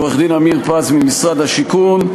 לעו"ד אמיר פז ממשרד השיכון,